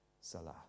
Salah